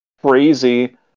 crazy